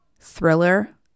thriller